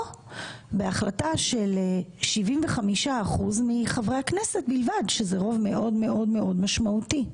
בהחלטה של 75 אחוזים מחברי הממשלה שזה רוב מאוד מאוד משמעותי.